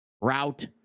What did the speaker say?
route